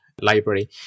library